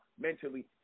mentally